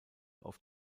auf